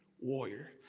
warrior